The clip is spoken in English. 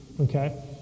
Okay